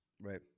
Right